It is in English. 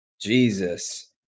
Jesus